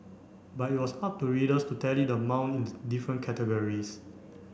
but it was up to readers to tally the amount in the different categories